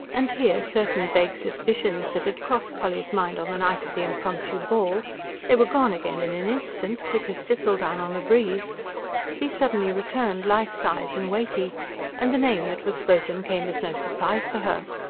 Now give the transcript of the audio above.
and here certain vague suspicions that had crossed polly's mind on the night of the impromptu ball they were gone again, in an instant, quick as thistledown on the breeze these suddenly returned, life-size and weighty and the name that was spoken came as no surprise to her.